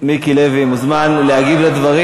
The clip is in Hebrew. מיקי לוי מוזמן להגיב על הדברים.